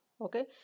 okay